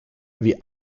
wie